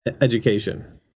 education